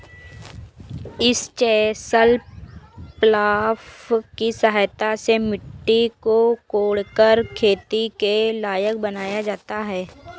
इस chisel plough की सहायता से मिट्टी को कोड़कर खेती के लायक बनाया जाता है